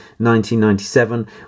1997